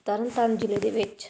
ਤਰਨ ਤਾਰਨ ਜ਼ਿਲ੍ਹੇ ਦੇ ਵਿੱਚ